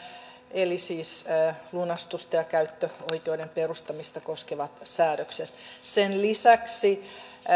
eli siis lunastusta ja käyttöoikeuden perustamista koskevat säädökset sen lisäksi